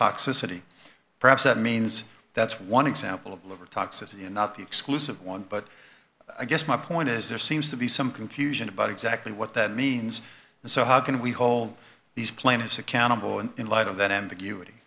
toxicity perhaps that means that's one example of liver toxicity not the exclusive one but i guess my point is there seems to be some confusion about exactly what that means and so how can we hold these plaintiffs accountable and in light of that ambiguity